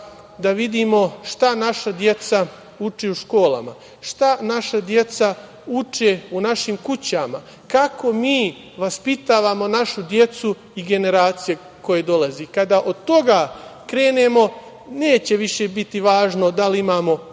da vidimo šta naša deca uče u školama, šta naša deca uče u našim kućama, kako mi vaspitavamo našu decu i generacije koje dolaze. Kada od toga krenemo neće više biti važno da li imamo